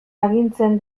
agintzen